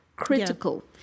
Critical